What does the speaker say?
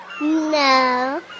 No